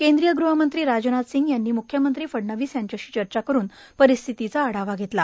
केंद्रीय गृहमंत्री राजनाथ सिंग यांनी म्ख्यमंत्री फडणवीस यांच्याशी चर्चा करून परिस्थितीचा आढावा घेतला